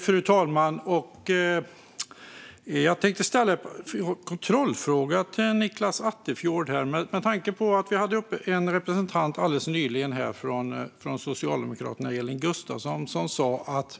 Fru talman! Jag tänkte ställa en kontrollfråga till Nicklas Attefjord. Vi hade en representant uppe här alldeles nyligen - Elin Gustafsson från Socialdemokraterna - som sa att